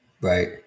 right